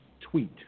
tweet